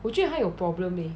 我觉得他有 problem leh